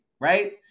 right